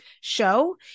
Show